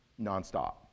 nonstop